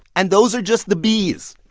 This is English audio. and those are just the b's.